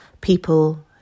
people